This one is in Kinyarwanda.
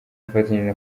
afatanyije